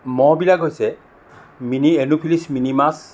মহবিলাক হৈছে মিনি এন'ফিলিছ মিনিমাছ